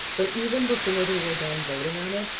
but even before they were done voting on it,